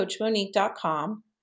coachmonique.com